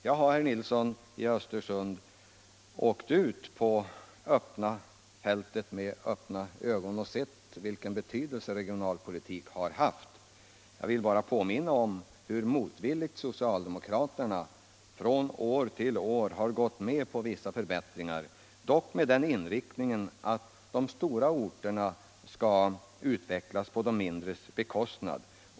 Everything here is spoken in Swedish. Jag har, herr Nilsson i Östersund, åkt ut på fältet med öppna ögon och sett vilken betydelse regionalpolitiken haft. Jag vill bara påminna om hur motvilligt socialdemokraterna från år till år har gått med på vissa förbättringar, dock med den inriktningen att de stora orterna skall utvecklas på de mindres bekostnad.